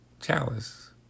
chalice